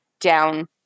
down